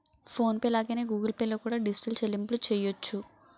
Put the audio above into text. phone pay లాగానే Google Pay లో కూడా డిజిటల్ చెల్లింపులు చెయ్యొచ్చు